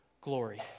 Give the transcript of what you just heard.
glory